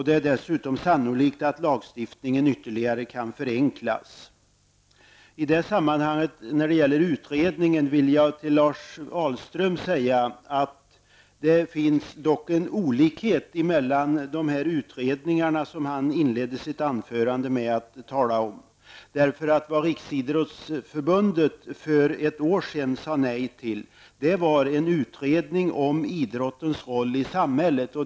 Det är dessutom sannolikt att lagstiftningen ytterligare kan förenklas. I det sammanhanget vill jag säga till Lars Ahlström när det gäller utredningen att det finns en olikhet mellan de utredningar som han talade om i sitt anförande. Vad Riksidrottsförbundet sade nej till för ett år sedan var en utredning om idrottens roll i samhället.